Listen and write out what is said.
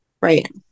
Right